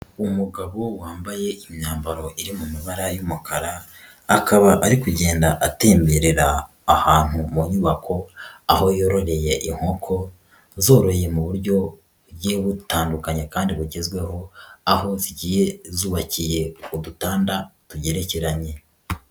Umugabo wambaye imyambaro iri mu mabara y'umukara akaba ari kugenda atemberera ahantu mu nyubako aho yororeye inkoko azoroye mu buryo bugiye butandukanye kandi bugezweho aho zigiye zubakiye udutanda tugerekeranye.